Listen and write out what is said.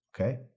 Okay